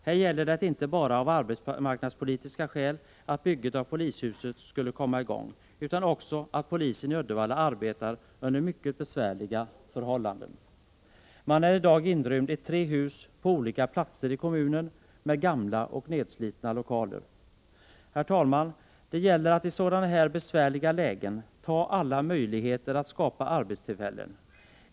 Här gäller det inte bara att bygget av polishuset borde komma i gång av arbetsmarknadspolitiska skäl utan också att polisen i Uddevalla arbetar under mycket besvärliga förhållanden. Uddevallapolisen är i dag inrymd i tre hus på olika platser i kommunen med gamla och nedslitna lokaler. Herr talman! Det gäller i sådana här besvärliga lägen att ta till vara alla möjligheter att skapa arbetstillfällen.